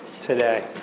today